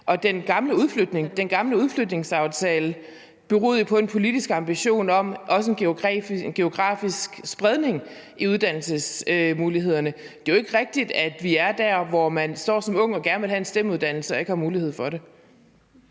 Den gamle udflytningsaftale beroede jo på en politisk ambition om en geografisk spredning i uddannelsesmulighederne. Det er jo ikke rigtigt, at vi er der, hvor man står som ung og gerne vil have en STEM-uddannelse og ikke har mulighed for det.